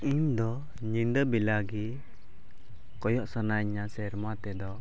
ᱤᱧ ᱫᱚ ᱧᱤᱫᱟᱹ ᱵᱮᱞᱟ ᱜᱮ ᱠᱚᱭᱚᱜ ᱥᱟᱱᱟᱧᱟ ᱥᱮᱨᱢᱟ ᱛᱮᱫᱚ